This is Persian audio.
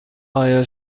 آیا